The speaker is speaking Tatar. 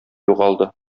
югалды